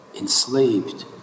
enslaved